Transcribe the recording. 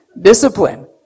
discipline